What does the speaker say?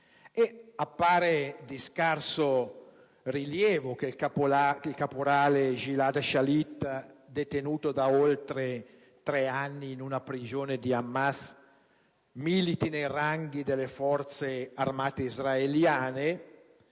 Appare di scarso rilievo che il caporale Gilad Shalit, detenuto da oltre tre anni in una prigione di Hamas, militi nei ranghi delle Forze armate israeliane,